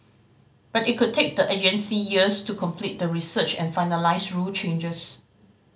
but it could take the agency years to complete the research and finalise rule changes